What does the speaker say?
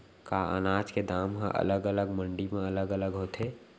का अनाज के दाम हा अलग अलग मंडी म अलग अलग होथे?